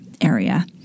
area